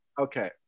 Okay